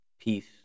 peace